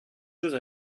choses